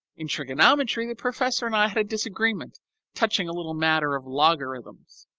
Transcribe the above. in trigonometry the professor and i had a disagreement touching a little matter of logarithms.